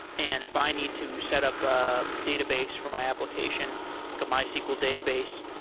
and if i need to set up a database for my application to mysql database,